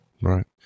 Right